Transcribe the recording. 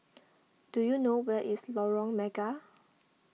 do you know where is Lorong Mega